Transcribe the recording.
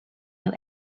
you